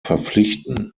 verpflichten